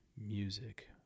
music